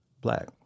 black